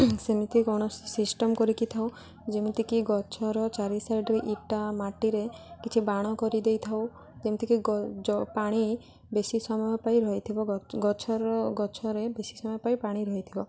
ସେମିତି କୌଣସି ସିଷ୍ଟମ୍ କରିକିଥାଉ ଯେମିତିକି ଗଛର ଚାରି ସାଇଡ଼୍ର ଇଟା ମାଟିରେ କିଛି ବାଡ଼ କରିଦେଇଥାଉ ଯେମିତିକି ପାଣି ବେଶୀ ସମୟ ପାଇଁ ରହିଥିବ ଗଛର ଗଛରେ ବେଶୀ ସମୟ ପାଇଁ ପାଣି ରହିଥିବ